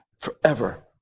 forever